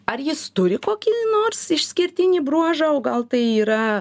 ar jis turi kokį nors išskirtinį bruožą o gal tai yra